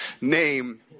name